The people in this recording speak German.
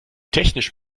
technisch